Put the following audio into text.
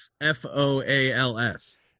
f-o-a-l-s